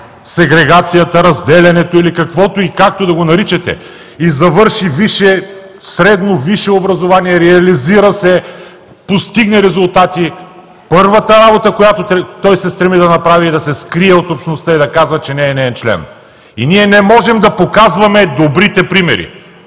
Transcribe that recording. сегрегацията, разделянето, или каквото и както да го наричате, и завърши средно, висше образование, реализира се, постигне резултати, първата работа, която той се стреми да направи, е да се скрие от общността и да казва, че не е неин член. И ние не можем да показваме добрите примери.